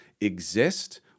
exist